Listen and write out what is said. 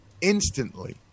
instantly